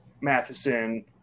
Matheson